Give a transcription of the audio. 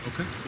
Okay